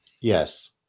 Yes